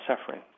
suffering